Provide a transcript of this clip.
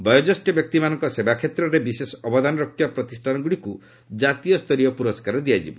ବୟୋଜ୍ୟେଷ୍ଠ ବ୍ୟକ୍ତିମାନଙ୍କ ସେବା କ୍ଷେତ୍ରରେ ବିଶେଷ ଅବଦାନ ରଖିଥିବା ପ୍ରତିଷ୍ଠାନଗୁଡ଼ିକୁ ଜାତୀୟ ପୁରସ୍କାର ଦିଆଯିବ